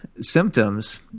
symptoms